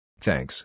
Thanks